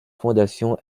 fondation